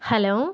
hello